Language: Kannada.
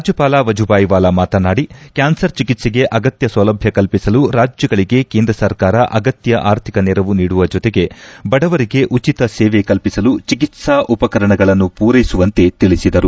ರಾಜ್ಯಪಾಲ ವಜೂಭಾಯಿವಾಲಾ ಮಾತನಾಡಿ ಕ್ಯಾನ್ಸರ್ ಚಿಕಿತ್ಸೆಗೆ ಅಗತ್ಯ ಸೌಲಭ್ಯ ಕಲ್ಪಿಸಲು ರಾಜ್ಯಗಳಿಗೆ ಕೇಂದ್ರ ಸರ್ಕಾರ ಅಗತ್ಯ ಆರ್ಥಿಕ ನೆರವು ನೀಡುವ ಜೊತೆಗೆ ಬಡವರಿಗೆ ಉಚಿತ ಸೇವೆ ಕಲ್ಪಿಸಲು ಚಿಕಿತ್ಪಾ ಉಪಕರಣಗಳನ್ನು ಪೂರೈಸುವಂತೆ ತಿಳಿಸಿದರು